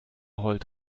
heult